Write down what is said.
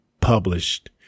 published